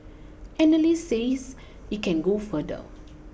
analysts says it can go further